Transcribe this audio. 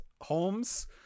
Holmes